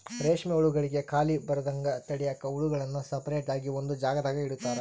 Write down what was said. ರೇಷ್ಮೆ ಹುಳುಗುಳ್ಗೆ ಖಾಲಿ ಬರದಂಗ ತಡ್ಯಾಕ ಹುಳುಗುಳ್ನ ಸಪರೇಟ್ ಆಗಿ ಒಂದು ಜಾಗದಾಗ ಇಡುತಾರ